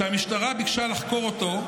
המשטרה ביקשה לחקור אותו,